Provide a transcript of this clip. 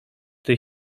tej